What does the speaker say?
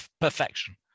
perfection